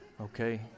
Okay